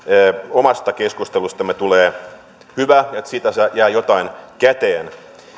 omasta keskustelustamme tulee hyvä ja että siitä jää jotain käteen